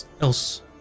else